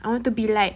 I want to be like